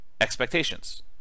expectations